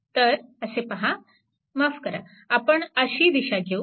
तर असे पहा माफ करा आपण अशी दिशा घेऊ